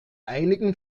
einigen